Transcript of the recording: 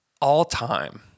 All-time